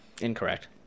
Incorrect